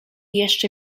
jeszcze